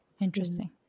Interesting